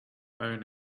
own